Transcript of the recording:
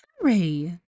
Harry